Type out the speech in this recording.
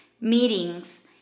meetings